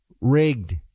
rigged